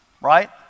right